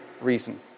reason